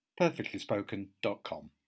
perfectlyspoken.com